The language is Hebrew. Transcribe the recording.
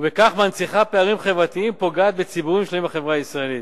"ובכך מנציחה פערים חברתיים ופוגעת בציבורים שלמים בחברה בישראל"